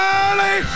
early